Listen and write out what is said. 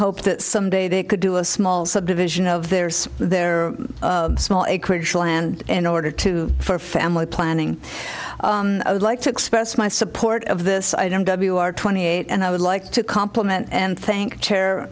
hope that someday they could do a small subdivision of theirs their small acreage land in order to for family planning would like to express my support of this item w r twenty eight and i would like to compliment and thank chair